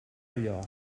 allò